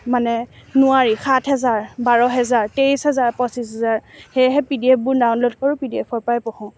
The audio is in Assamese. মানে নোৱাৰি সাত হেজাৰ বাৰ হেজাৰ তেইছ হেজাৰ পঁচিছ হেজাৰ সেয়েহে পিডিএফবোৰ ডাউনলোড কৰোঁ পিডিএফৰ পৰাই পঢ়োঁ